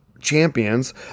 champions